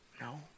no